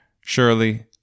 Surely